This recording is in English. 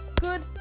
good